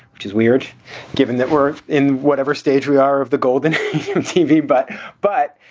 which is weird given that we're in whatever stage we are of the golden tv but but